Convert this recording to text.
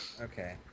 Okay